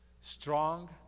strong